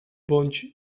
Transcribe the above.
bądź